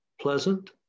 pleasant